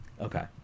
Okay